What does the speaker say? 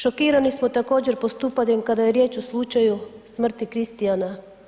Šokirano smo također postupanjem kada je riječ o slučaju smrti Kristijana.